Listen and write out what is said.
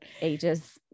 ages